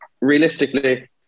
realistically